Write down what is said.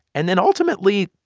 and then ultimately,